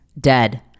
dead